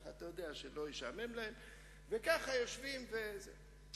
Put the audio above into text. אתה יודע, יום אחד באתי לקחת את הבן שלי מחטיבת